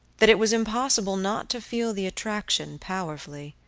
that it was impossible not to feel the attraction powerfully.